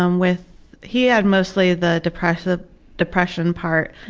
um with he had mostly the depression the depression part,